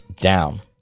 down